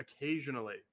occasionally